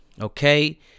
okay